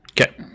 okay